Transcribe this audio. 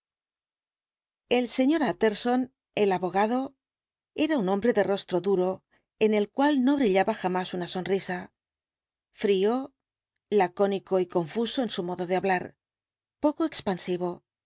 el se ttttersoí el abogado era un hombre de rostro duro en el cual no brillaba jamás una sonrisa frío lacónico y confuso en su modo de hablar poco expansivo